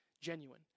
genuine